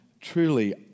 truly